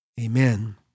Amen